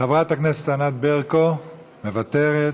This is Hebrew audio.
חברת הכנסת ענת ברקו, מוותרת.